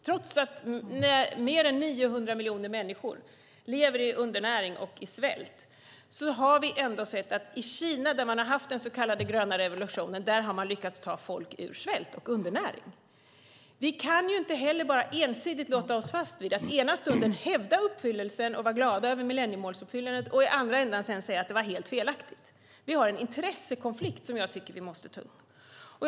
Trots att mer än 900 miljoner människor lever i undernäring och i svält har vi ändå sett att i Kina, där de har haft den så kallade gröna revolutionen, har de lyckats ta folk ur svält och undernäring. Vi kan inte heller ensidigt låsa oss fast vid att ena stunden hävda uppfyllelsen och vara glada över millenniemålsuppfyllelsen och i andra ändan säga att det var helt felaktigt. Vi har en intressekonflikt som jag tycker att vi måste ta upp.